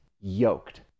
yoked